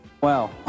Wow